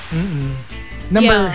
Number